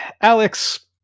Alex